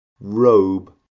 Robe